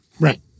Right